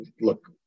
look